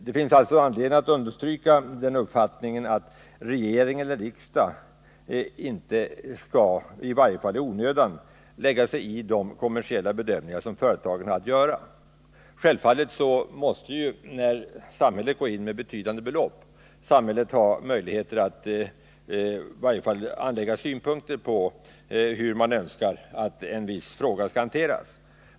Det finns alltså anledning att understryka uppfattningen att regering eller riksdag inte skall i varje fall i onödan lägga sig i de kommersiella bedömningar som företagen har att göra. Självfallet måste, när samhället går in med betydande belopp, samhället ha möjligheter att i varje fall anlägga synpunkter på hur man önskar att en viss fråga skall hanteras.